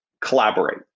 collaborate